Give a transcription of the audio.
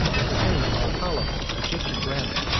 is detained by a column of egyptian granite,